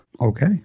Okay